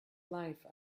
life